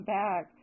back